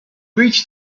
reached